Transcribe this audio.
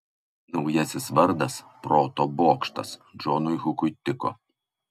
naujasis vardas proto bokštas džonui hukui tiko